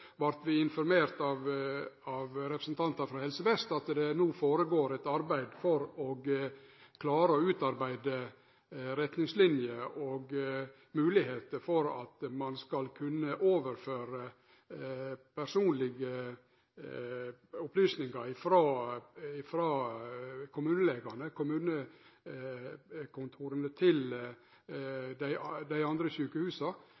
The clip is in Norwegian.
vart vi informerte av representantar frå Helse Vest om at det no går føre seg eit arbeid for å utarbeide retningslinjer slik at ein skal kunne ha mogligheiter for å overføre personlege opplysningar frå kommunelegane og kommunekontora til dei andre sjukehusa,